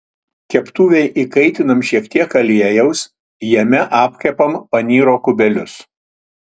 keptuvėj įkaitinam šiek tiek aliejaus jame apkepam panyro kubelius